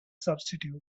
substitute